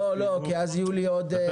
לא, כי אז יהיו לי עוד הזמנות.